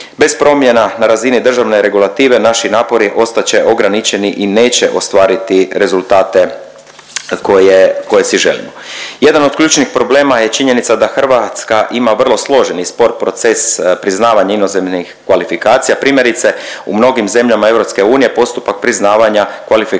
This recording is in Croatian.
Bez promjena na razini državne regulative, naši napori ostat će ograničeni i neće ostvariti rezultate koje si želimo. Jedan od ključnih problema je činjenica da Hrvatska ima vrlo složeni proces priznavanja inozemnih kvalifikacija, primjerice u mnogim zemljama EU postupak priznavanja kvalifikacije